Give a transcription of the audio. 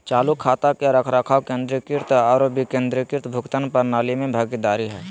चालू खाता के रखरखाव केंद्रीकृत आरो विकेंद्रीकृत भुगतान प्रणाली में भागीदार हइ